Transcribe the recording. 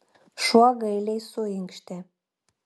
šuo gailiai suinkštė